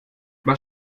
was